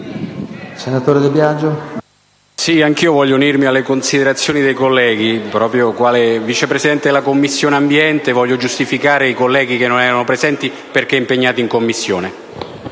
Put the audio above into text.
Signor Presidente, anch'io voglio unirmi alle considerazioni dei colleghi. Quale Vice Presidente della Commissione ambiente vorrei giustificare i colleghi che non erano presenti perché impegnati in Commissione.